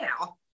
now